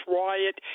riot